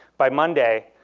by monday,